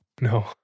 No